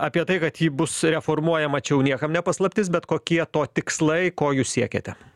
apie tai kad ji bus reformuojama čia jau niekam ne paslaptis bet kokie to tikslai ko jūs siekiate